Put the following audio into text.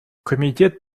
комитет